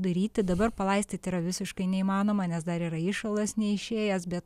daryti dabar palaistyti yra visiškai neįmanoma nes dar yra įšalas neišėjęs bet